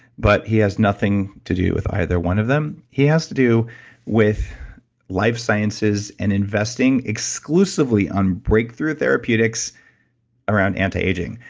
but he has nothing to do with either one of them. he has to do with life sciences and investing exclusively on breakthrough therapeutics around antiaging.